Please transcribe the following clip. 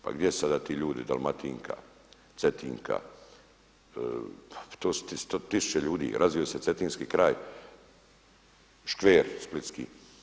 Pa gdje su sada ti ljudi Dalmatinka, Cetinka, to su tisuće ljudi, razvio se cetinski kraj, škver splitski.